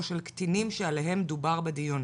או של קטינים שעליהם דובר בדיון,